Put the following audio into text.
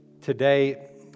today